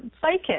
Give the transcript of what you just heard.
psychic